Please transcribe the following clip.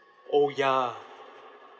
oh ya